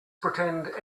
pretend